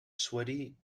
sweaty